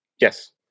Yes